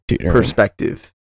perspective